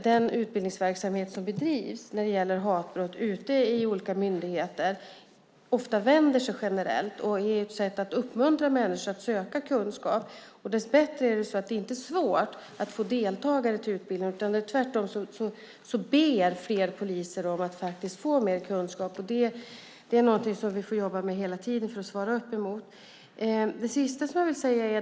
Den utbildningsverksamhet som bedrivs när det gäller hatbrott ute i olika myndigheter är ofta generell och uppmuntrar människor att söka kunskap. Dessbättre är det inte svårt att få deltagare till utbildningarna, utan tvärtom ber fler poliser om att få mer kunskap. Det får vi jobba med hela tiden för att svara upp emot.